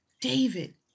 David